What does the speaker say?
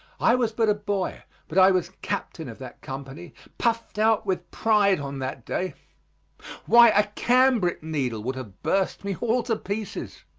i was but a boy, but i was captain of that company, puffed out with pride on that day why, a cambric needle would have burst me all to pieces.